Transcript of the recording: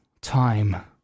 time